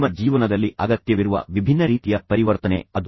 ನಿಮ್ಮ ಜೀವನದಲ್ಲಿ ಅಗತ್ಯವಿರುವ ವಿಭಿನ್ನ ರೀತಿಯ ಪರಿವರ್ತನೆ ಅದು